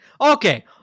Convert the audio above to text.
Okay